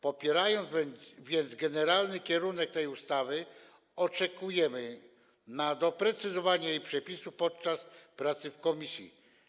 Popierając więc generalny kierunek tej ustawy, oczekujemy na doprecyzowanie jej przepisów podczas pracy w komisji.